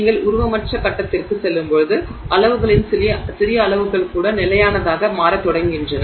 நீங்கள் உருவமற்ற கட்டத்திற்குச் செல்லும்போது அளவுகளின் சிறிய அளவுகள் கூட நிலையானதாக மாறத் தொடங்குகின்றன